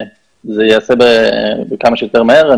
זה ייעשה כמה שיותר מהר.